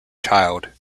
child